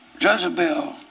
Jezebel